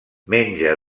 menja